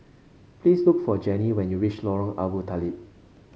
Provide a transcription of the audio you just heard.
please look for Jenny when you reach Lorong Abu Talib